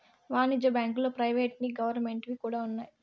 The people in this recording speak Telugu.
వాణిజ్య బ్యాంకుల్లో ప్రైవేట్ వి గవర్నమెంట్ వి కూడా ఉన్నాయి